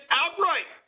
outright